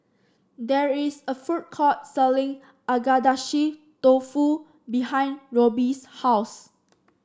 there is a food court selling Agedashi Dofu behind Roby's house